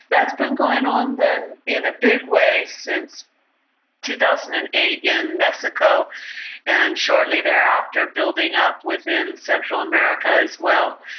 that's been going on then in a big way since two thousand and eight in mexico and shortly thereafter building up within central america as well.